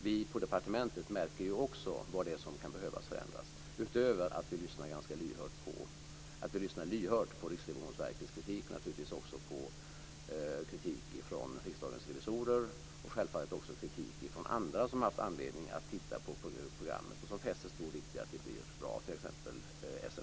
Vi på departementet märker ju också vad som kan behöva förändras, förutom att vi lyssnar lyhört på Riksrevisionsverkets och Riksdagens revisorers kritik och självfallet också på kritik från andra som har haft anledning att titta på programmet och som fäster stor vikt vid att det blir bra, t.ex. SNF.